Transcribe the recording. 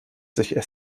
sich